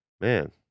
Man